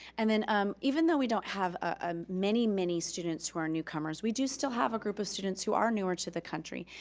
and then um even though we don't have ah many, many students who are newcomers, we do still have a group of students who are newer to the country.